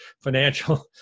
financial